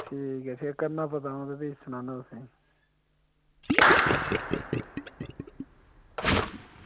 ठीक ऐ भी करना पता ते सनाना तुसेंगी